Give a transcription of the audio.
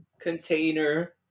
container